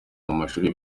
mumashuri